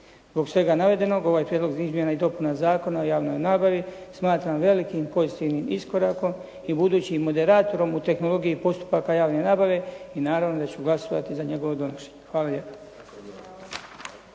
Zbog svega navedenog ovaj prijedlog izmjena i dopuna Zakona o javnoj nabavi smatram velikim pozitivnim iskorakom i budućim moderatorom u tehnologiji postupaka javne nabave i naravno da ću glasovati za njegovo donošenje. Hvala lijepo.